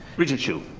regent hsu.